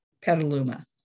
Petaluma